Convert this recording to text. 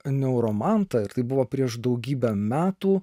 neuromantą tai buvo prieš daugybę metų